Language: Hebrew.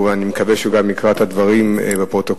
ואני מקווה שהוא גם יקרא את הדברים בפרוטוקול.